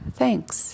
thanks